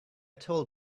told